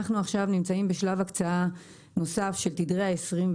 אנחנו עכשיו נמצאים בשלב הקצאה נוסף של תדרי ה-26.